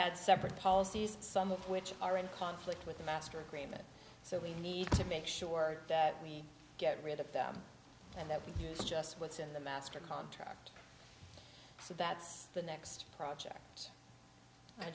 had separate policies some of which are in conflict with the master agreement so we need to make sure that we get rid of them and that is just what's in the master contract so that's the next project i